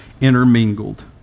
intermingled